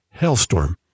Hellstorm